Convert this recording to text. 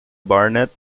barnett